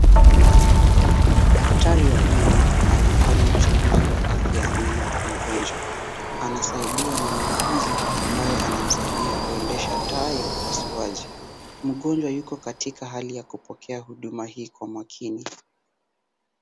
Daktari wa meno anafanya uchunguzi wa afya ya meno kwa mgonjwa anasaidiwa na muuguzi ambaye anamsaidia kuendesha taa ya upasuaji, mgonjwa yuko katika hali ya kupokea huduma hii kwa umakini.